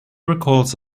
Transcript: recalls